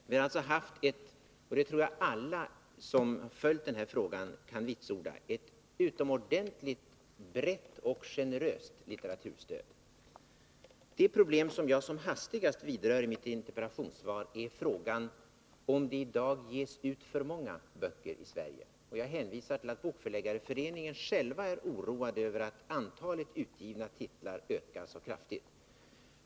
Vi har alltså haft ett — det tror jag alla som följt den här frågan kan vitsorda — utomordenligt brett och generöst litteraturstöd. Det problem jag som hastigast vidrör i mitt interpellationssvar gäller frågan om det i dag ges ut för många böcker i Sverige. Jag hänvisar till att Bokförläggareföreningen är oroad över att antalet utgivna titlar ökar så kraftigt.